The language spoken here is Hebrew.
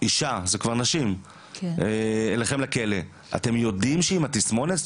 אישה אליכם לכלא עם תסמונת?